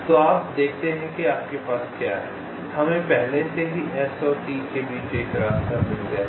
तो आप देखते हैं कि आपके पास क्या है हमें पहले से ही S और T के बीच एक रास्ता मिल गया है